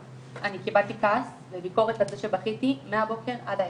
אני קיבלתי כעס וביקורת על זה שבכיתי מהבוקר עד הערב.